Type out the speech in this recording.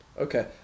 Okay